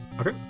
Okay